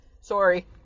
Sorry